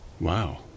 Wow